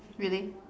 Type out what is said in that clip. really